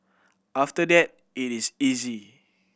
after that it is easy